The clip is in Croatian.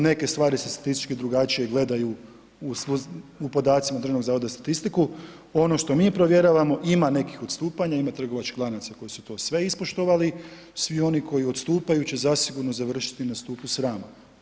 Neke stvari se statističke drugačije gledaju u podacima Državnog zavoda za statistiku, ono što mi provjeravamo, ima nekih odstupanja, ima trgovačkih lanaca, koji su to sve ispoštovali, svi oni koji odstupaju, će zasigurno završiti na stupu srama.